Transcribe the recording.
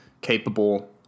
capable